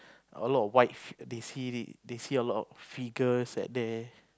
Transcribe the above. a lot of white they see they see a lot of figures at there